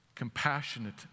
compassionate